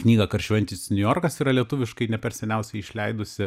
knygą karščiuojantis niujorkas yra lietuviškai ne per seniausiai išleidusi